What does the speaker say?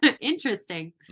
interesting